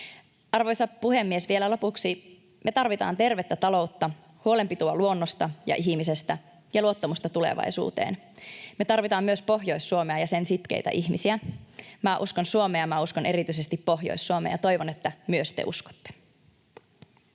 Arvoisa puhemies! Vielä lopuksi: Me tarvitaan tervettä taloutta, huolenpitoa luonnosta ja ihmisestä ja luottamusta tulevaisuuteen. Me tarvitaan myös Pohjois-Suomea ja sen sitkeitä ihmisiä. Minä uskon Suomeen ja minä uskon erityisesti Pohjois-Suomeen, ja toivon, että myös te uskotte.